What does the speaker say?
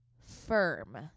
firm